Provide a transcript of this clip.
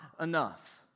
enough